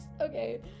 Okay